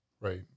Right